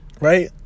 right